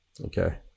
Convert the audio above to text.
Okay